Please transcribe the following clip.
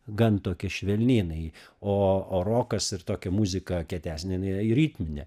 gan tokia švelni jinai o o rokas ir tokia muzika kietesnė jinai ritminė